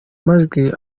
majwi